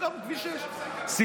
סגרנו את כביש 6. תעשה הפסקה.